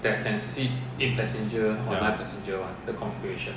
ya